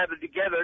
together